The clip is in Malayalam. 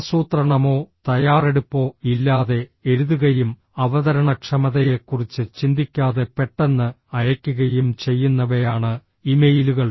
ആസൂത്രണമോ തയ്യാറെടുപ്പോ ഇല്ലാതെ എഴുതുകയും അവതരണക്ഷമതയെക്കുറിച്ച് ചിന്തിക്കാതെ പെട്ടെന്ന് അയയ്ക്കുകയും ചെയ്യുന്നവയാണ് ഇമെയിലുകൾ